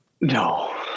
No